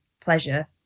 pleasure